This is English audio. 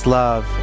love